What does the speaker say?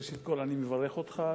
ראשית כול אני מברך אותך,